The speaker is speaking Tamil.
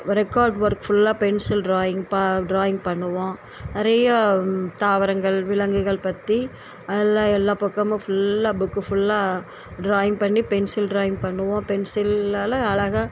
ரெகார்ட் ஒர்க் ஃபுல்லா பென்சில் டிராயிங் ப டிராயிங் பண்ணுவோம் நிறையா தாவரங்கள் விலங்குகள் பற்றி அதெலாம் எல்லாம் பக்கமும் ஃபுல்லா புக்கு ஃபுல்லா டிராயிங் பண்ணி பென்சில் டிராயிங் பண்ணுவோம் பென்சிலால் அழகா